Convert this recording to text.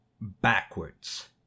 backwards